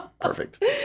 Perfect